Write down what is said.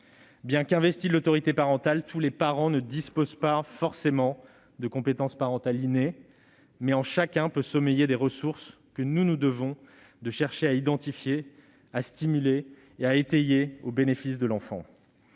Bien qu'investis de l'autorité parentale, tous les parents ne disposent pas forcément de compétences parentales innées, mais en chacun peuvent sommeiller des ressources que nous nous devons d'identifier, de stimuler et d'étayer pour que l'enfant